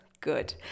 Good